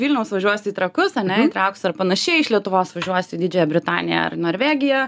vilniaus važiuosi į trakus ane į trakus ar panašiai iš lietuvos važiuosi į didžiąją britaniją ar norvegiją